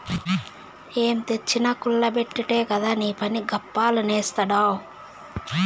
ఏం తెచ్చినా కుల్ల బెట్టుడే కదా నీపని, గప్పాలు నేస్తాడావ్